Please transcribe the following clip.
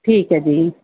ਠੀਕ ਹੈ ਜੀ